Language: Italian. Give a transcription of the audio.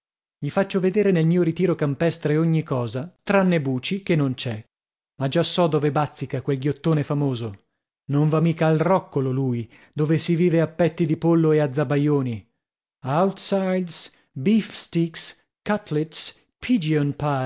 gli faccio vedere nel mio ritiro campestre ogni cosa tranne buci che non c'è ma già so dove bazzica quel ghiottone famoso non va mica al roccolo lui dove si vive a petti di pollo e a zabaioni outsides beefsteaks cutlets pigeon pies plum puddings